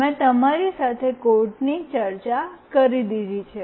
મેં તમારી સાથે કોડ્સની ચર્ચા કરી દીધી છે